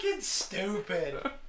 stupid